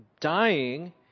dying